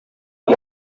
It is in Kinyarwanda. ati